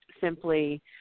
simply